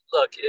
Look